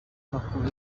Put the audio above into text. nakuye